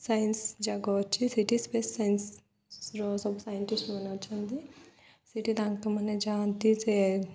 science ଜାଗା ଅଛି ସେଠି ସ୍ପେସ୍ ସାଇନ୍ସର ସବୁ ସାଇଣ୍ଟିଷ୍ଟ ମାନେ ଅଛନ୍ତି ସେଠି ତାଙ୍କ ମାନେ ଯାଆନ୍ତି ଯେ